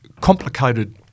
complicated